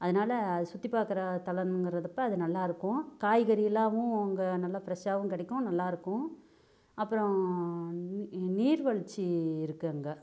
அதனால அது சுற்றி பார்க்குற தலம்ங்கிறப்ப அது நல்லா இருக்கும் காய்கறியெல்லாமும் அங்கே நல்லா ஃப்ரெஷ்ஷாகவும் கிடைக்கும் நல்லா இருக்கும் அப்புறம் நீர் விழ்ச்சி இருக்குது அங்கே